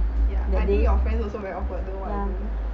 ya I think your friends also very awkward don't know what to do